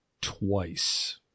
twice